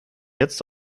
jetzt